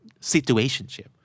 Situationship